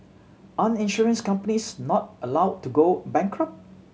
aren't insurance companies not allowed to go bankrupt